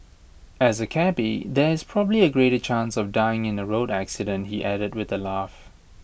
as A cabby there is probably A greater chance of dying in A road accident he added with A laugh